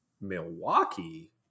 Milwaukee